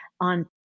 on